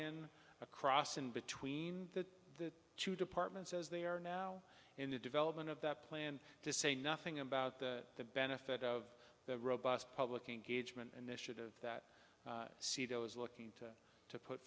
in across in between the two departments as they are now in the development of that plan to say nothing about the benefit of the robust public engagement initiative that seato is looking to to put